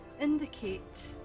indicate